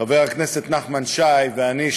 חבר הכנסת נחמן שי ואני,